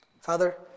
Father